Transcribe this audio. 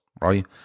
right